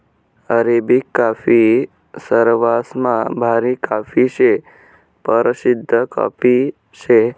Arabic काफी सरवासमा भारी काफी शे, परशिद्ध कॉफी शे